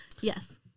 Yes